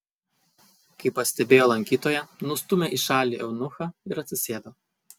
kai pastebėjo lankytoją nustūmė į šalį eunuchą ir atsisėdo